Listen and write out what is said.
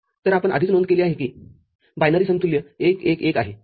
तरआपण आधीच नोंद केले आहे की बायनरी समतुल्य १ १ १ आहे